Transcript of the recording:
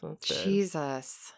Jesus